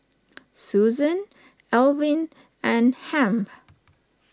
Susan Alvin and Hamp